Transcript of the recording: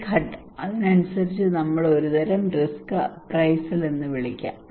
ഈ ഘട്ടം അതനുസരിച്ച് നമുക്ക് ഒരുതരം റിസ്ക് അപ്രൈസൽ എന്ന് വിളിക്കാം